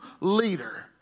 leader